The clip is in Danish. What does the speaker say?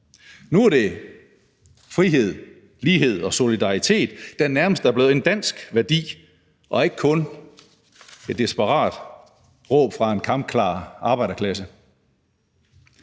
Nu er det frihed, lighed og solidaritet, der nærmest er blevet en dansk værdi og ikke kun et desperat råb fra en kampklar arbejderklasse.